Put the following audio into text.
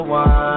one